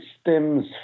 stems